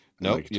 No